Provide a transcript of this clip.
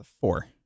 Four